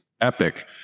epic